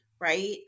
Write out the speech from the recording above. right